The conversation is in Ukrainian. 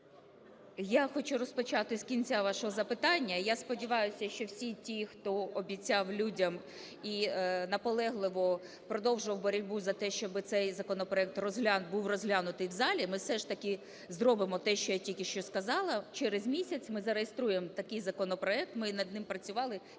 Я хочу розпочати з кінця вашого запитання. Я сподіваюся, що всі ті, хто обіцяв людям і наполегливо продовжував боротьбу за те, щоби цей законопроект був розглянутий в залі, ми, все ж таки, зробимо те, що я тільки що сказала – через місяць ми зареєструємо цей законопроект, ми над ним працювали